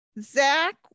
Zach